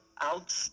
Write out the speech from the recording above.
out